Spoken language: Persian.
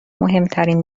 مهمترین